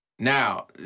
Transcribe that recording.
Now